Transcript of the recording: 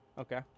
Okay